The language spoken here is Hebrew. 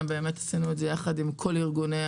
עשינו את זה יחד עם כל ארגוני